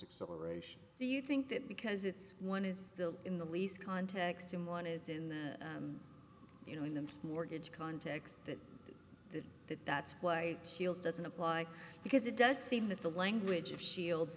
acceleration do you think that because it's one is still in the lease context and one is in the you know in the mortgage context that that that's why shields doesn't apply because it does seem that the language of shields